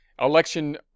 Election